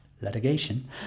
litigation